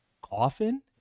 coffin